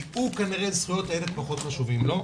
כי כנראה זכויות הילד פחות חשובים לו.